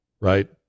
right